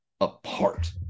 apart